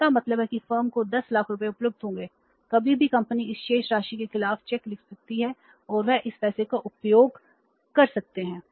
इसका मतलब है कि फर्म को 10 लाख रुपये उपलब्ध होंगे कभी भी कंपनी इस शेष राशि के खिलाफ चेक लिख सकती है और वे इस पैसे का उपयोग कर सकते हैं